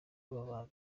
amabanga